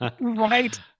right